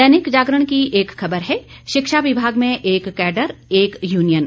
दैनिक जागरण की एक खबर है शिक्षा विभाग में एक काडर एक यूनियन